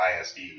ISD